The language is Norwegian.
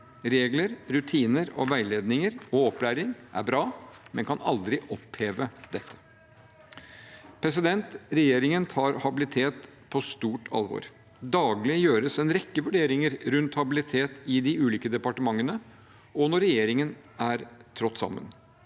Regler, rutiner, veiledninger og opplæring er bra, men kan aldri oppheve dette. Regjeringen tar habilitet på stort alvor. Daglig gjøres en rekke vurderinger rundt habilitet i de ulike departementene og når regjeringen er trådt sammen.